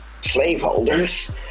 slaveholders